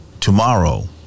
tomorrow